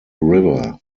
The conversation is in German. river